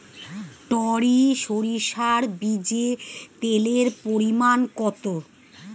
টরি সরিষার বীজে তেলের পরিমাণ কত?